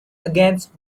against